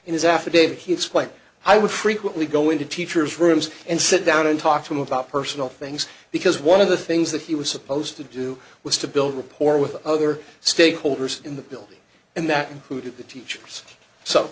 in his affidavit he explained i would frequently go into teacher's rooms and sit down and talk to him about personal things because one of the things that he was supposed to do was to build rapport with the other stakeholders in the building and that included the teachers so